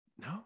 no